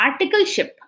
articleship